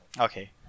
Okay